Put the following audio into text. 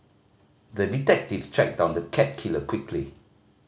the detective tracked down the cat killer quickly